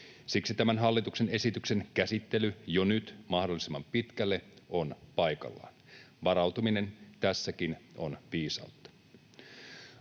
Siksi tämän hallituksen esityksen käsittely jo nyt mahdollisimman pitkälle on paikallaan. Varautuminen tässäkin on viisautta.